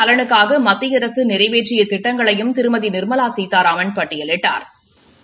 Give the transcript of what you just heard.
நலனுக்காக மத்திய அரசு நிறைவேற்றிய திட்டங்களையும் திருமதி நிர்மலா சீதாராமன் மக்கள் பட்டியலிட்டா்